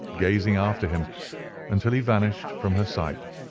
gazing after him until he vanished from her sight.